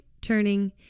turning